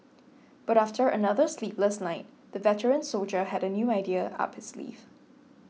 but after another sleepless night the veteran soldier had a new idea up his sleeve